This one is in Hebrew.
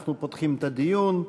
אנחנו פותחים את הדיון.